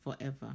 forever